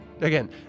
Again